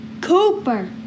Cooper